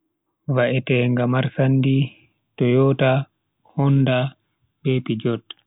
Va'etenga marsandi, tooyoota, honndaa be pijot